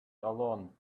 alone